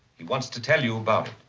he wants to tell you about